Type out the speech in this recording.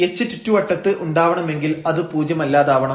h ചുറ്റുവട്ടത്ത് ഉണ്ടാവണമെങ്കിൽ അത് പൂജ്യമല്ലാതാവണം